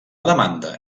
demanda